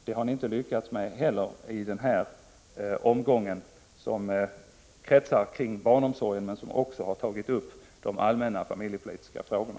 Det har ni inte heller lyckats medi denna omgång.